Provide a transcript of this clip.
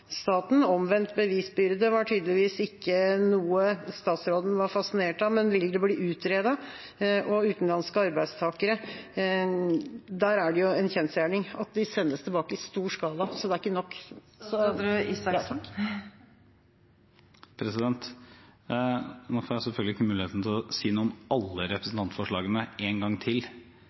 staten? Omvendt bevisbyrde var tydeligvis ikke noe statsråden var fascinert av, men vil det bli utredet? Og når det gjelder utenlandske arbeidstakere, er det jo en kjensgjerning at de sendes tilbake i stor skala, så det er ikke nok. Nå får jeg selvfølgelig ikke muligheten til å si noe om alle representantforslagene en gang til